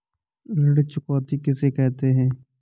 ऋण चुकौती किसे कहते हैं?